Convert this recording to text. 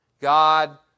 God